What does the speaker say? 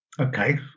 Okay